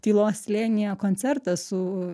tylos slėnyje koncertą su